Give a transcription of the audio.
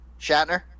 Shatner